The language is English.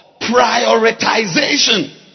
prioritization